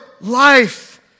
life